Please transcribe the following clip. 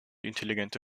intelligente